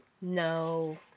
No